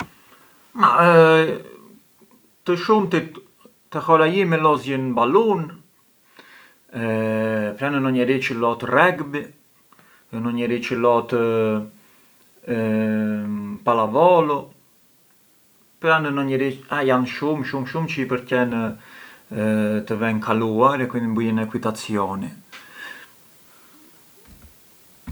Më të shumtit te hora jime lozjën balun, pran ë ndo njeri çë lot rugby, ndo njeri çë lot pallavolo, pran ndo njeri… jan shumë shumë shumë çë i përqen të venë kaluar e quindi bujën equitazioni.